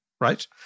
right